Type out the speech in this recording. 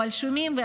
אבל שומעים.